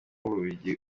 bubiligi